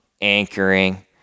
anchoring